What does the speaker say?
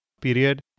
period